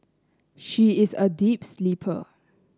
she is a deep sleeper